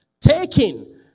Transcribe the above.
taking